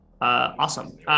Awesome